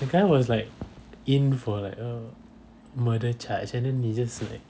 the guy was like in for like murder charge and then he just like